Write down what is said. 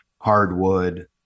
hardwood